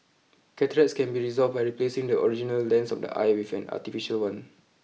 cataracts can be resolved by replacing the original lens of the eye with an artificial one